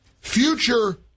future